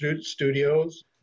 Studios